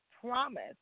promise